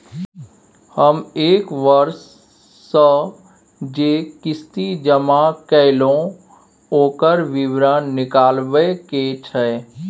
हम एक वर्ष स जे किस्ती जमा कैलौ, ओकर विवरण निकलवाबे के छै?